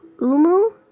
Umu